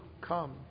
come